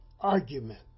argument